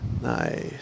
Nice